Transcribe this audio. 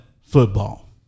football